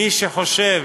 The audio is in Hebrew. מי שחושב